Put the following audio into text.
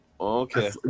Okay